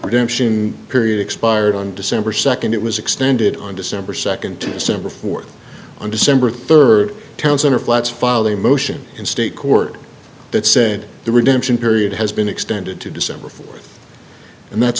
redemption period expired on december second it was extended on december second to december fourth under similar third town center flats filed a motion in state court that said the redemption period has been extended to december fourth and that's